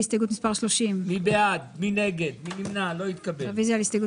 רוויזיה על הסתייגות מספר 11. מי בעד קבלת הרוויזיה?